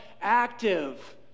active